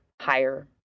higher